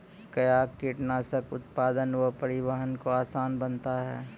कया कीटनासक उत्पादन व परिवहन को आसान बनता हैं?